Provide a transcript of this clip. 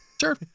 Sure